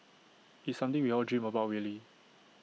it's something we all dream about really